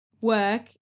work